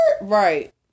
right